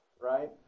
right